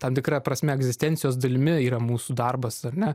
tam tikra prasme egzistencijos dalimi yra mūsų darbas ar ne